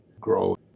grow